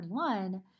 2021